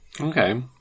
Okay